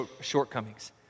shortcomings